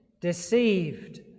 deceived